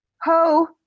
Ho